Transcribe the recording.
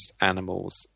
animals